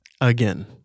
Again